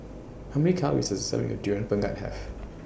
How Many Calories Does A Serving of Durian Pengat Have